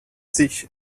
sich